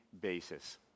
basis